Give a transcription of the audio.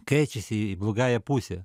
keičiasi į blogąją pusę